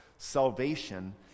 salvation